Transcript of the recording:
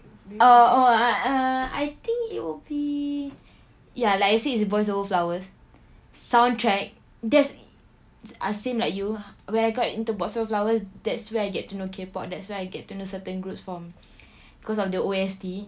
uh oh ah err I think it would be ya like I say it's boys over flowers soundtrack that's ah same like you when I got into boys over flowers that's where I get to know K pop that's why I get to know certain groups form because of the O_S_T